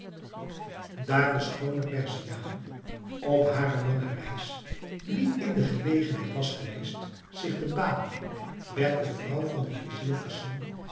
daar de schoone perziane op hare lange reis niet in de gelegenheid was geweest zich te baden werd de vrouw van den vizier